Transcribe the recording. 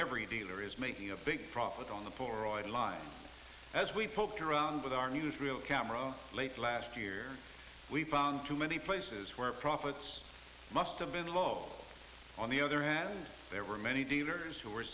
every dealer is making a big profit on the for oil line as we poked around with our news reel camera late last year we found too many places where profits must have been low on the other hand there were many dealers who were